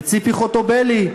וציפי חוטובלי,